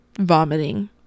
vomiting